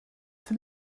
for